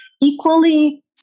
equally